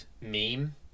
meme